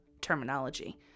terminology